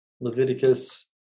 leviticus